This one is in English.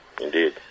indeed